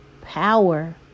power